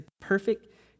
perfect